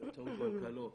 באמצעות מנכ"לו,